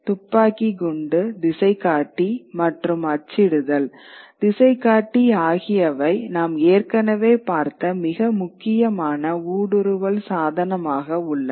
துப்பாக்கி குண்டு திசைகாட்டி மற்றும் அச்சிடுதல் திசைகாட்டி ஆகியவை நாம் ஏற்கனவே பார்த்த மிக முக்கியமான ஊடுருவல் சாதனமாக உள்ளன